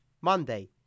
Monday